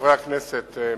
חברי הכנסת,